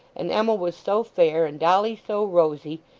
and emma was so fair, and dolly so rosy,